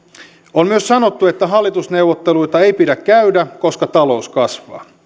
on myös sanottu että hallitusneuvotteluita ei pidä käydä koska talous kasvaa